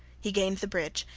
he gained the bridge,